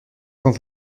quand